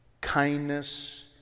kindness